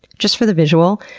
just for the visual,